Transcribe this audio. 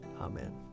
Amen